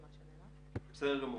בסדר.